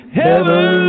heaven